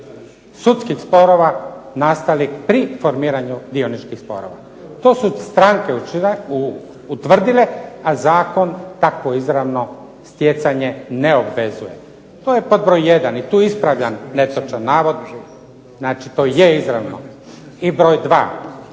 sudskih sporova nastalih pri formiranju dioničkih sporova. To su stranke utvrdile, a zakon tako izravno stjecanje ne obvezuje. To je pod broj jedan, i tu ispravljam netočan navod, znači to je izravno. I broj dva,